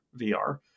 VR